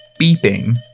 beeping